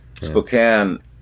Spokane